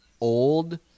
old –